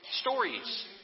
stories